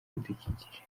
ibidukikije